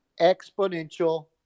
exponential